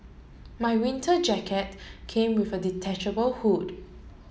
my winter jacket came with a detachable hood